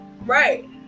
Right